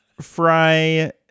fry